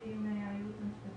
לשיחתי עם היועצת המשפטית